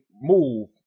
move